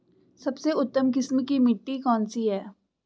सबसे उत्तम किस्म की मिट्टी कौन सी है?